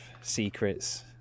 secrets